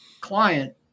client